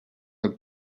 del